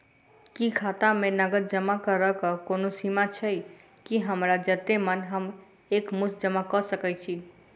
की खाता मे नगद जमा करऽ कऽ कोनो सीमा छई, की हमरा जत्ते मन हम एक मुस्त जमा कऽ सकय छी?